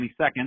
22nd